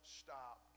stop